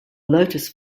lotus